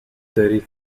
thirty